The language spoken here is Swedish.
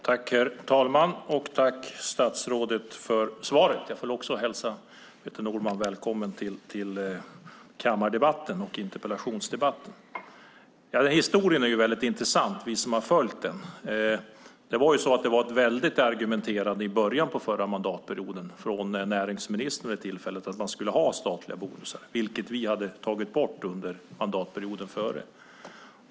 Herr talman! Tack, statsrådet, för svaret! Jag får också hälsa Peter Norman välkommen till kammar och interpellationsdebatten. För oss som har följt historien är det här väldigt intressant. Det var ju ett väldigt argumenterande i början av den förra mandatperioden från näringsministern att man skulle ha statliga bonusar, vilket vi hade tagit bort under mandatperioden före.